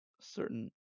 certain